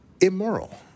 immoral